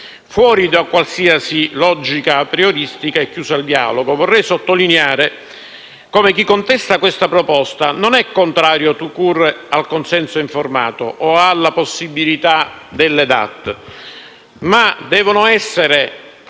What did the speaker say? fuori da qualsiasi logica aprioristica e chiusa al dialogo. Vorrei sottolineare come chi contesta questa proposta non è contrario *tout court* al consenso informato o alla possibilità delle DAT, ma devono essere